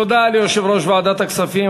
תודה ליושב-ראש ועדת הכספים,